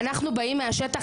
אנחנו באים מהשטח,